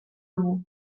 dugu